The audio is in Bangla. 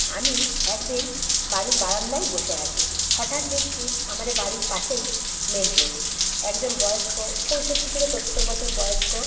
আমি একদিন বাড়ির বারান্দায় বসে আছি হঠাৎ দেখছি আমাদের বাড়ির পাশেই মেন রোড একজন বয়ষ্ক পঁইষট্টি থেকে সত্তর বছর বয়ষ্ক